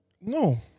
No